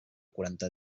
quaranta